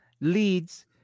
leads